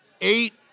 eight